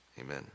Amen